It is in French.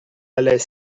allait